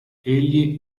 egli